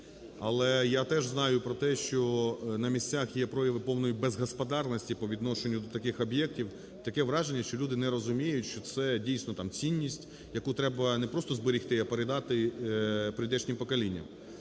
Але я теж знаю про те, що на місцях є прояви повної безгосподарності по відношенню до таких об'єктів. Таке враження, що люди не розуміють, що це дійсно там цінність, яку треба не просто зберегти, а передати прийдешнім поколінням.